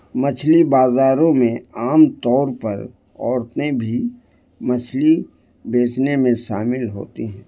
مچھلی بازاروں میں عام طور پر عورتیں بھی مچھلی بیچنے میں شامل ہوتی ہیں